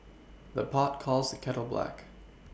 the pot calls kettle black